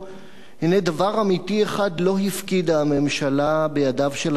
הנה דבר אמיתי אחד לא הפקידה הממשלה בידיו של השר הזה: